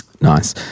Nice